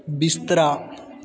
ਬਿਸਤਰਾ